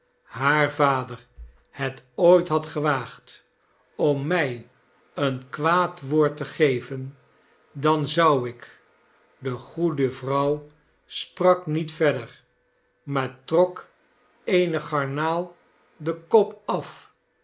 haar vader het ooit had gewaagd oni mij een kwaad woord te geven dan zou ik de goede vrouw sprak niet verder maar trok eene garnaal den kop af